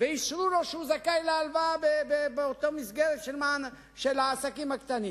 ואישרו לו שהוא זכאי להלוואה באותה מסגרת של העסקים הקטנים,